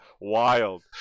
wild